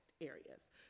areas